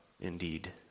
indeed